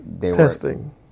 Testing